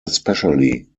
especially